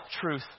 truth